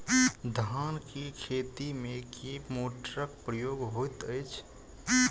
धान केँ खेती मे केँ मोटरक प्रयोग होइत अछि?